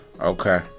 Okay